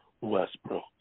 Westbrook